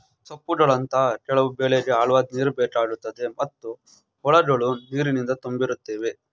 ಸೊಪ್ಪುಗಳಂತಹ ಕೆಲವು ಬೆಳೆಗೆ ಆಳವಾದ್ ನೀರುಬೇಕಾಗುತ್ತೆ ಮತ್ತು ಹೊಲಗಳು ನೀರಿನಿಂದ ತುಂಬಿರುತ್ತವೆ